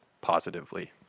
positively